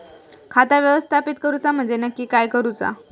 खाता व्यवस्थापित करूचा म्हणजे नक्की काय करूचा?